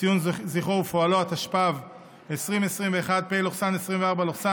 (ציון זכרו ופועלו), התשפ"ב 2021, פ/2253/24,